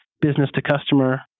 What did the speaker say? business-to-customer